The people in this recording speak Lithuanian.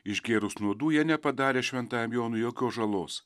išgėrus nuodų jie nepadarė šventajam jonui jokios žalos